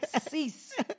Cease